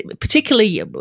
particularly